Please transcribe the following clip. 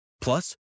Plus